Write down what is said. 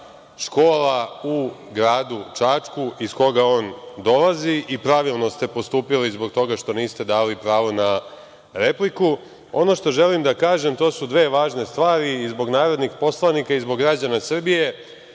škola u gradu Čačku, iz koga on dolazi. I pravilno ste postupili zbog toga što niste dali pravo na repliku. Ono što želim da kažem, to su dve važne stvari, i zbog narodnih poslanika i zbog građana Srbije.